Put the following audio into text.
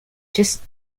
just